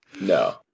No